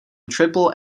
triple